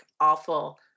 awful